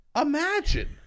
Imagine